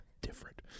Different